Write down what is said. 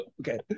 okay